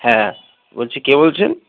হ্যাঁ হ্যাঁ বলছি কে বলছেন